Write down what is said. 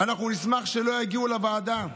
אנחנו נשמח שלא יגיעו לוועדה,